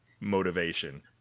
motivation